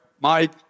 Mike